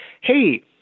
hey